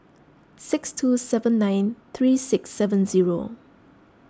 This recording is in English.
six two seven nine three six seven zero